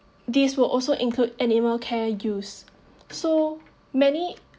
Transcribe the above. this will also include animal care use so many